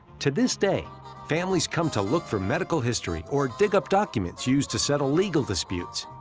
to this day families come to look for medical histories or dig up documents used to settle legal disputes.